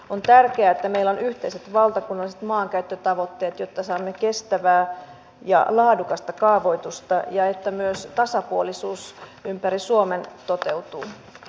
on tärkeää että meillä on yhteiset valtakunnalliset maankäyttötavoitteet jotta saamme kestävää ja laadukasta kaavoitusta ja jotta myös tasapuolisuus ympäri suomen toteutuu